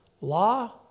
Law